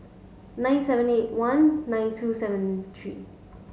nine seven eight one nine two seven three